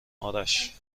آرش